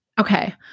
Okay